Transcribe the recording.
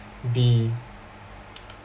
be